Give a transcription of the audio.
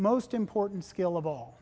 most important skill of all